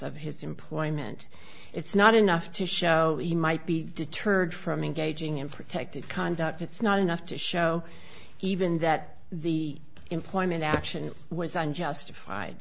of his employment it's not enough to show he might be deterred from engaging in protected conduct it's not enough to show even that the employment action was unjustified